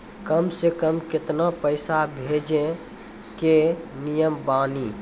कम से कम केतना पैसा भेजै के नियम बानी?